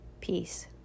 peace